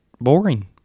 boring